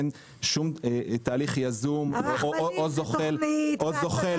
אין שום תהליך יזום או זוחל כדי לעשות את זה.